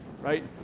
right